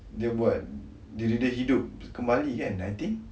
dia buat diri dia hidup kembali kan I think